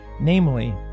Namely